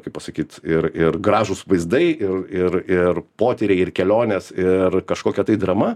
kaip pasakyt ir ir gražūs vaizdai ir ir ir potyriai ir kelionės ir kažkokia tai drama